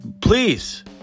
Please